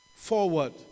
Forward